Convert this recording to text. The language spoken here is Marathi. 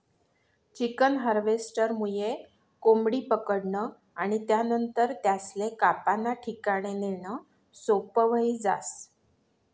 चिकन हार्वेस्टरमुये कोंबडी पकडनं आणि त्यानंतर त्यासले कापाना ठिकाणे नेणं सोपं व्हयी जास